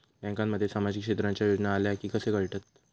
बँकांमध्ये सामाजिक क्षेत्रांच्या योजना आल्या की कसे कळतत?